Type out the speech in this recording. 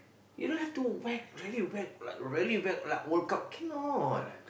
you know just too wreck really wreck like very wreck like work out cannot